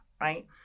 right